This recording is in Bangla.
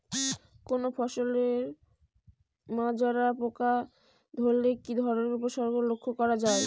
কোনো ফসলে মাজরা পোকা ধরলে কি ধরণের উপসর্গ লক্ষ্য করা যায়?